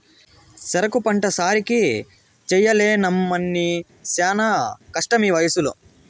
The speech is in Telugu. సెరుకు పంట సాకిరీ చెయ్యలేనమ్మన్నీ శానా కష్టమీవయసులో